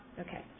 Okay